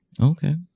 Okay